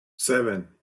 seven